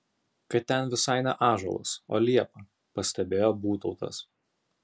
kad ten visai ne ąžuolas o liepa pastebėjo būtautas